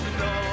no